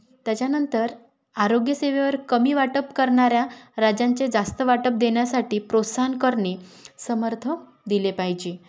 त्याच्यानंतर आरोग्य सेवेवर कमी वाटप करणाऱ्या राज्यांचे जास्त वाटप देण्यासाठी प्रोत्साहन करणे समर्थ दिले पाहिजे